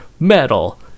Metal